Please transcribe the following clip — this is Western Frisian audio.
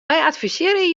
advisearje